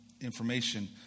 Information